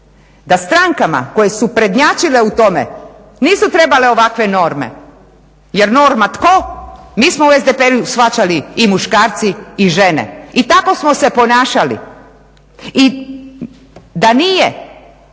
Da strankama koje su prednjačile u tome nisu trebale ovakve norme jer norma tko mi smo u SDP-u shvaćali i muškarci i žene i tako smo se ponašali i da nije